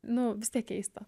nu vis tiek keista